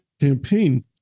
campaign